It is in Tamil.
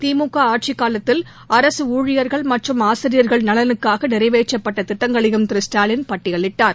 திமுகஆட்சிக் காலத்தில் அரசுணழியர்கள் மற்றும் ஆசிரியர்கள் நலனுக்காகநிறைவேற்றப்பட்டதிட்டங்களையும் திரு ஸ்டாலின் பட்டியலிட்டார்